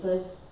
ya